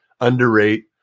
underrate